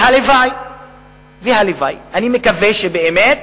והלוואי, הלוואי, אני מקווה באמת